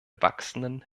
wachsenden